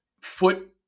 foot